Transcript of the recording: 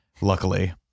luckily